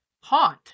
haunt